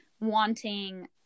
wanting